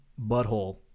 butthole